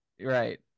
Right